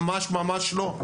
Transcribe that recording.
ממש לא.